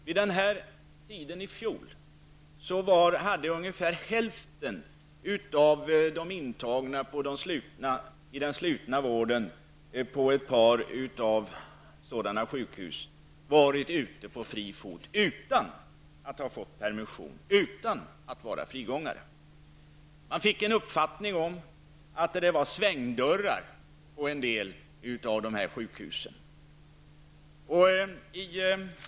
Vid denna tid i fjol hade ungefär hälften av de intagna i den slutna vården på ett antal sjukhus varit ute på fri fot utan att ha fått permission, och utan att vara frigångare. Man fick en uppfattning om att det fanns svängdörrar på några av dessa sjukhus.